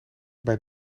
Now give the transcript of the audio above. bij